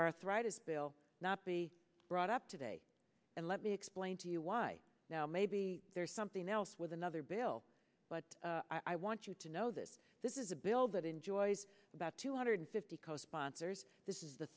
arthritis bill not be brought up today and let me explain to you why now maybe there's something else with another bill but i want you to know that this is a bill that enjoys about two hundred fifty co sponsors this is the